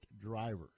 drivers